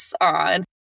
on